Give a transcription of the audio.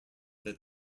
that